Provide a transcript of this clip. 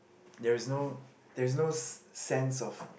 there is no there is no sense of